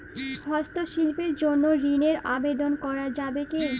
হস্তশিল্পের জন্য ঋনের আবেদন করা যাবে কি?